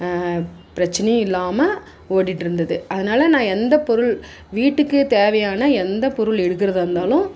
பிரச்சினையே இல்லாமல் ஓடிகிட்ருந்தது அதனாலே நான் எந்த பொருள் வீட்டுக்கு தேவையான எந்த பொருள் எடுக்கிறதாந்தாலும்